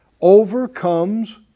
overcomes